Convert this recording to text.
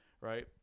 right